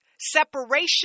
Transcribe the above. separation